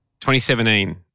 2017